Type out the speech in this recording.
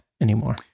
anymore